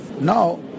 now